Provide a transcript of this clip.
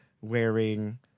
wearing